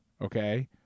okay